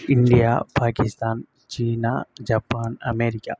India Pakistan சீனா Japan America